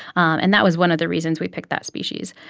and that was one of the reasons we picked that species.